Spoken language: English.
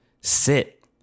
sit